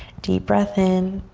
deep breath in.